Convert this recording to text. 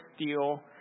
steel